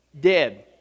dead